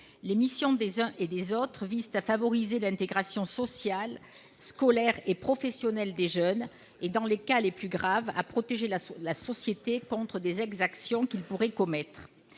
Les missions des uns et des autres visent à favoriser l'intégration sociale, scolaire et professionnelle des jeunes et, dans les cas les plus graves, à protéger la société contre des exactions qu'ils pourraient commettre.